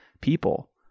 people